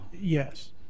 Yes